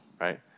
right